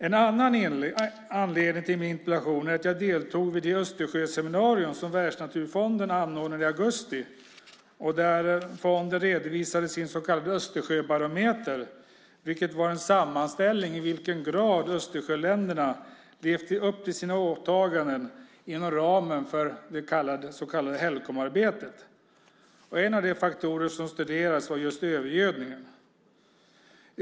En annan anledning till min interpellation är att jag deltog vid det Östersjöseminarium som Världsnaturfonden anordnande i augusti och där fonden redovisade sin så kallade Östersjöbarometer vilket var en sammanställning av i vilken grad Östersjöländerna levt upp till sina åtaganden inom ramen för det så kallade Helcomarbetet. En av de faktorer som studerades var just övergödningen.